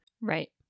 Right